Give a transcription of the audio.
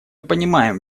понимаем